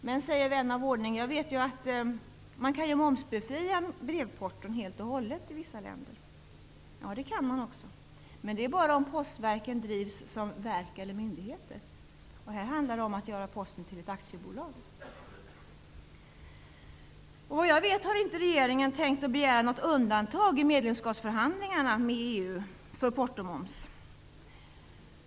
Men, säger vän av ordning: I vissa länder går det att momsbefria brevporton. Jo, det kan man också. Men det är bara om postverken drivs som verk eller myndigheter. Här handlar det om att göra Posten till ett aktiebolag. Vad jag vet har inte regeringen tänkt begära något undantag i medlemskapsförhandlingarna med EU för portomoms.